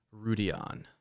Rudion